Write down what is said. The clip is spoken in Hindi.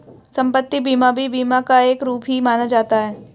सम्पत्ति बीमा भी बीमा का एक रूप ही माना जाता है